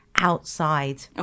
outside